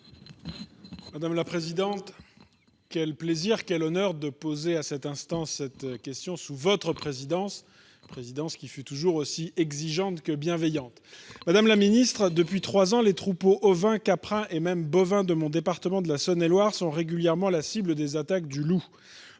Madame la présidente, quel plaisir et quel honneur de poser à cet instant ma question sous votre présidence, laquelle est toujours aussi exigeante que bienveillante ! Madame la ministre, depuis trois ans, les troupeaux ovins, caprins et même bovins de mon département de Saône et Loire sont régulièrement la cible des attaques du loup.